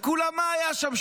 וכולה מה היה שם?